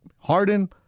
Harden